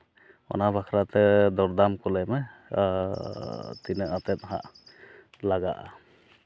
ᱚᱱᱟ ᱵᱟᱠᱷᱨᱟ ᱛᱮ ᱫᱚᱨᱫᱟᱢ ᱠᱚ ᱞᱟᱹᱭ ᱢᱮ ᱟᱨ ᱛᱤᱱᱟᱹᱜ ᱠᱟᱛᱮᱫ ᱦᱟᱸᱜ ᱞᱟᱜᱟᱜᱼᱟ